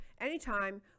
anytime